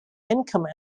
income